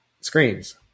screens